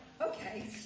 okay